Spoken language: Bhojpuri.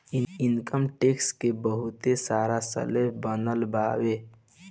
इनकम टैक्स के बहुत सारा स्लैब बनल बावे